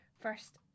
first